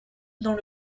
dans